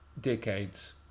decades